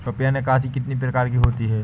रुपया निकासी कितनी प्रकार की होती है?